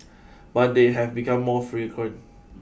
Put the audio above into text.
but they have become more frequent